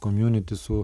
komiuniti su